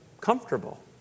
comfortable